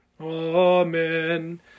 Amen